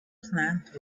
plant